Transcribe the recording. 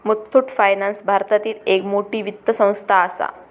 Muthoot finance भारतातली एक मोठी वित्त संस्था आसा